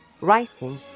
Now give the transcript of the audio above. writing